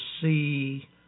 see